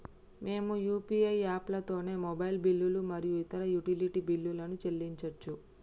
మేము యూ.పీ.ఐ యాప్లతోని మొబైల్ బిల్లులు మరియు ఇతర యుటిలిటీ బిల్లులను చెల్లించచ్చు